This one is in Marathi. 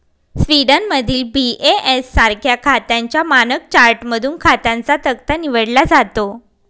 स्वीडनमधील बी.ए.एस सारख्या खात्यांच्या मानक चार्टमधून खात्यांचा तक्ता निवडला जातो